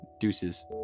Deuces